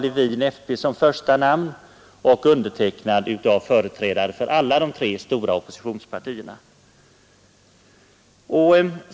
Levin som första namn och undertecknad av företrädare för alla de tre stora oppositionspartierna.